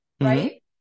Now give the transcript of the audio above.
right